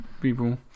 people